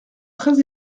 très